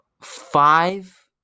five